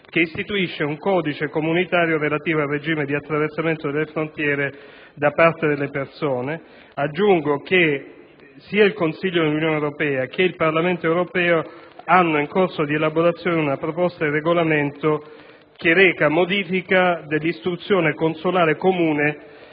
che istituisce un codice comunitario relativo al regime di attraversamento delle frontiere da parte delle persone. Aggiungo che sia il Consiglio dell'Unione europea che il Parlamento europeo hanno in corso di elaborazione una proposta di regolamento recante modifica dell'istruzione consolare comune